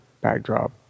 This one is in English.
backdrop